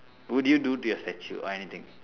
would you do to your statue or anything